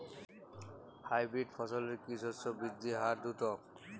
Hybrid ফসলের কি শস্য বৃদ্ধির হার দ্রুত?